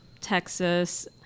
Texas